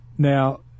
Now